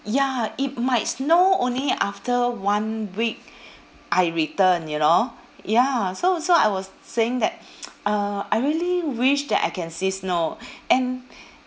ya it might snow only after one week I return you know ya so so I was saying that uh I really wish that I can see snow and